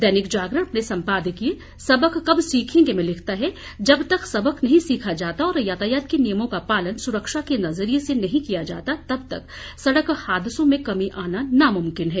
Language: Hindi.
दैनिक जागरण अपने सम्पादकीय सबक कब सीखेंगे में लिखता है जब तक सबक नहीं सीखा जाता और यातायात नियमों का पालन सुरक्षा के नजरिये से नहीं किया जाता तब तक सड़क हादसों मे कमी आना नामुमकिन है